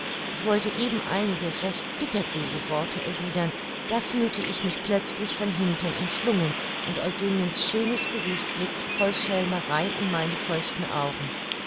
ich wollte eben einige rechte bitterböse worte erwidern da fühlte ich mich plötzlich von hinten umschlungen und eugeniens schönes gesicht blickte voll schelmerei in meine feuchten augen